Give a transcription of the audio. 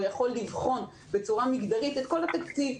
הוא יכול לבחון בצורה מגדרית את כל התקציב.